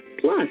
Plus